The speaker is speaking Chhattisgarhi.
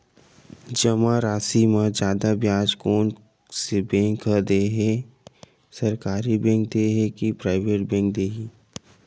जमा राशि म जादा ब्याज कोन से बैंक ह दे ही, सरकारी बैंक दे हि कि प्राइवेट बैंक देहि?